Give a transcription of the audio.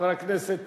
חבר הכנסת